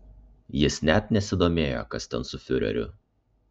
jis net nesidomėjo kas ten su fiureriu